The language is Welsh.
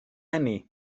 eni